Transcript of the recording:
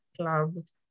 clubs